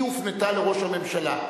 היא הופנתה לראש הממשלה.